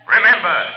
Remember